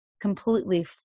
completely